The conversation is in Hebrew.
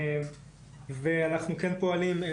אנחנו כן פועלים.